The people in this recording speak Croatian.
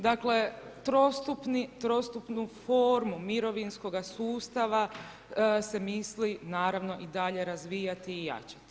Dakle, trostupnu formu mirovinskog sustava se misli naravno i dalje razvijati i jačati.